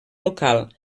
local